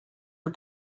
are